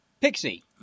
Pixie